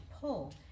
pull